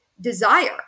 desire